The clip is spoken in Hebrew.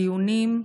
בדיונים.